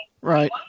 Right